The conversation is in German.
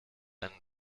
einen